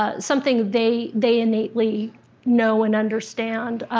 ah something they they innately know and understand,